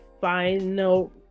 final